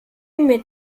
mit